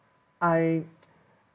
I